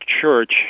church